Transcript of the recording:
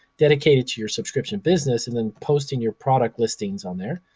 dedicated to your subscription business, and then posting your product listings on there.